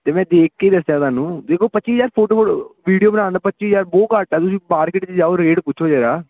ਤਾਂ ਮੈਂ ਦੇਖ ਕੇ ਹੀ ਦੱਸਿਆ ਤੁਹਾਨੂੰ ਦੇਖੋ ਪੱਚੀ ਹਜ਼ਾਰ ਫੋਟੋ ਵੀਡੀਓ ਬਣਾਉਣ ਦਾ ਪੱਚੀ ਹਜ਼ਾਰ ਬਹੁ ਘੱਟ ਆ ਤੁਸੀਂ ਮਾਰਕੀਟ 'ਚ ਜਾਓ ਰੇਟ ਪੁੱਛੋ ਜ਼ਰਾ